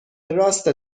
راست